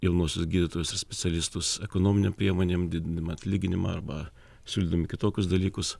jaunuosius gydytojus ir specialistus ekonominėm priemonėm didindami atlyginimą arba siūlydami kitokius dalykus